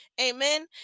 Amen